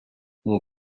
mon